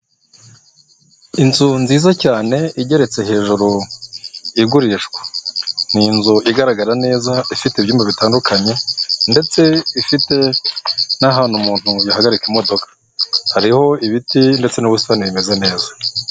Inzu nziza cyane igeretse hejuru igurishwa. Ni inzu igaragara neza ifite ibyumba bitandukanye ndetse ifite n'ahantu umuntu yahagarika imodoka. Hariho ibiti ndetse n'ubusirani bumeze neza.